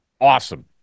Awesome